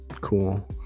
cool